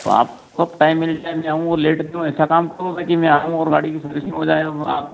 तो आपको टाइम मिल जाए मैं आओ और लेट क्यों ऐसा काम करो ना कि मैं आऊँ और गाड़ी की सर्विसिंग हो जाए और आप